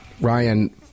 Ryan